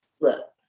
look